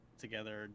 together